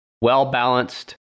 Well-balanced